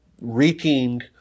reeking